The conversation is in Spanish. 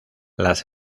las